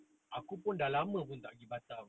aku pun dah lama pun tak pergi batam